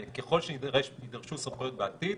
ככל שיידרשו סמכויות בעתיד,